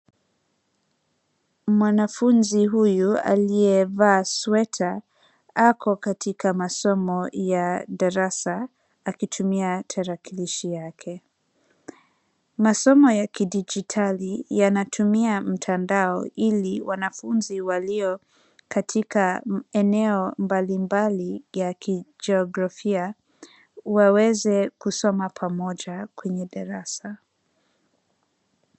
Mwanafunzi huyu aliyevaa sweta ako katika masomo ya darasa akitumia tarakilishi yake. Masomo ya kidijitali yanatumia mtandao ili wanafunzi walio katika eneo mbalimbali ya kijiografia waweze kusoma pamoja kwenye darasa.